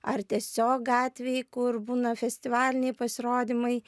ar tiesiog gatvėj kur būna festivaliniai pasirodymai